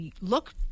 look